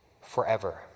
forever